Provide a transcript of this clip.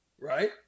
right